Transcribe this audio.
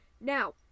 Now